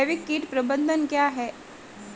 जैविक कीट प्रबंधन क्या है?